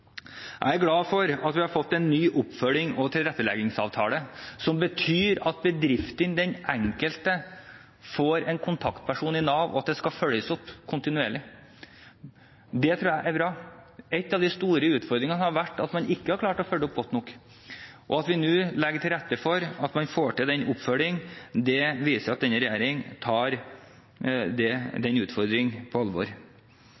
Jeg er glad for at vi har fått en ny oppfølgings- og tilretteleggingsavtale som betyr at bedriftene og den enkelte får en kontaktperson i Nav, og at det skal følges opp kontinuerlig. Det tror jeg er bra. En av de store utfordringene har vært at man ikke har klart å følge opp godt nok. Det at man nå legger til rette for å få til en oppfølging, viser at denne regjeringen tar utfordringen på alvor. I tillegg er det